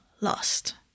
lost